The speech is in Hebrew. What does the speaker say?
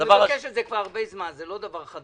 הוא מבקש את זה כבר הרבה זמן, זה לא דבר חדש.